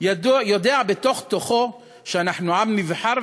יודע בתוך-תוכו שאנחנו עם נבחר,